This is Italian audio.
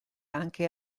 anche